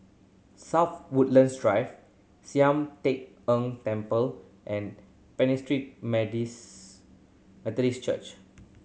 South Woodlands Drive Sian Teck Tng Temple and Pentecost Methodist Church